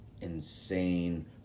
insane